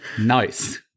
Nice